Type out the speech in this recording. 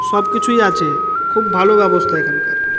সব কিছুই আছে খুব ভালো ব্যবস্থা এখানকার